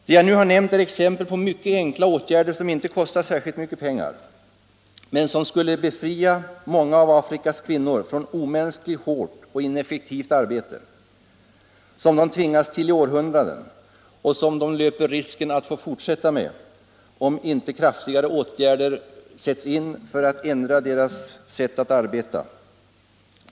Det jag nu har nämnt är exempel på mycket enkla åtgärder, som inte kostar särskilt mycket pengar men som skulle befria många av Afrikas kvinnor från omänskligt hårt och ineffektivt arbete som de tvingats till i århundraden och som de säkerligen löper risken att få fortsätta med, om inte kraftigare åtgärder sätts in för att ändra deras sätt att arbeta.